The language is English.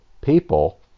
people